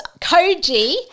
Koji